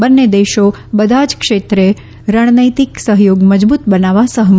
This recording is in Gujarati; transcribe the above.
બંન્ને દેશો બદા જ ક્ષેત્રે રણનૈતિક સહયોગ મજબૂત બનાવવા સહમત થયા છે